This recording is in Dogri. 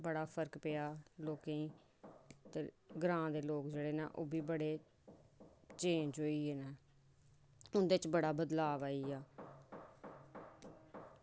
बड़ा फर्क पेआ लोकें गी ते ग्रांऽ दे लोक जेह्ड़े न ओह् बी बड़े चेंज होई गे न इं'दे च बड़ा बदलाव आई गेआ